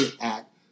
Act